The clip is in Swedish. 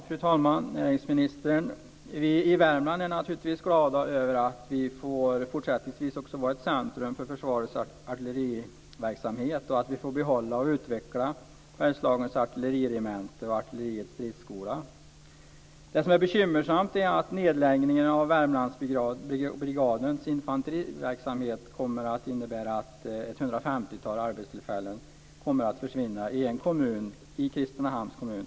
Fru talman! Näringsministern! Vi i Värmland är naturligtvis glada för att vi även i fortsättningen kommer att vara ett centrum för försvarets artilleriverksamhet och att vi ska få behålla och utveckla Det bekymmersamma är att nedläggningen av Värmlandsbrigadens infanteriverksamhet kommer att innebära att ca 150 arbetstillfällen kommer att försvinna i Kristinehamns kommun.